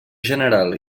general